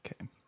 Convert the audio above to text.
Okay